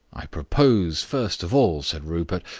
i propose, first of all, said rupert,